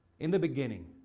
in the beginning,